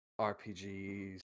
RPGs